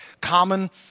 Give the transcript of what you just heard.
common